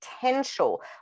potential